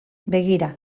begira